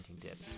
Tips